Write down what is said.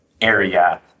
area